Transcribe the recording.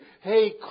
Hey